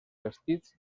vestits